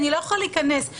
היא לא מתקבלת על